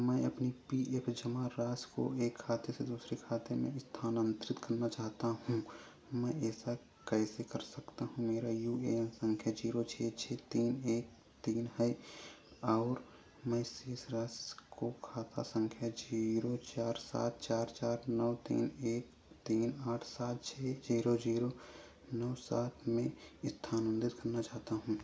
मैं अपनी P F जमा राशि को इस खाते से दूसरे खाते में स्थानांतरित करना चाहता हूँ मैं ऐसा कैसे कर सकता हूँ मेरा यू ए एन संख्या जीरो छः छः तीन एक तीन है और मैं शेष राशि को खाता संख्या जीरो चार सात चार चार नौ तीन एक तीन आठ सात छः जीरो जीरो नौ सात में स्थानांतरित करना चाहता हूँ